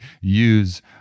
use